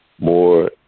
more